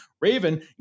Raven